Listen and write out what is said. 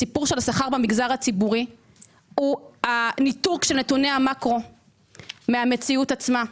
הסיפור של השכר במגזר הציבורי הוא הניתוק של נתוני המקרו מהמציאות עצמה.